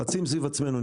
רצים סביב עצמנו,